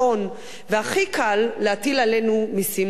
והכי קל להטיל עלינו מסים נוספים.